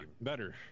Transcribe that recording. better